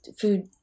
food